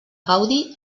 gaudi